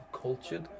Cultured